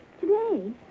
Today